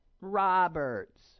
Roberts